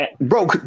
bro